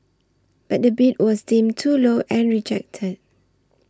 but the bid was deemed too low and rejected